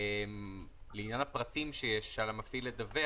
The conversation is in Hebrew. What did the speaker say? בעניין הפרטים שיש שעל המפעיל לדווח.